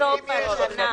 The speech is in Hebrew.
סוף השנה?